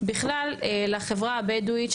בכלל לחברה הבדואית,